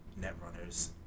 netrunners